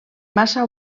massa